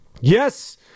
Yes